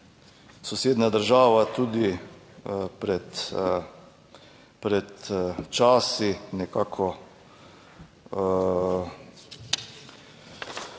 sosednja država tudi pred, pred časi nekako